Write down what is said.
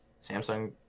Samsung